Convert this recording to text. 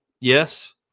yes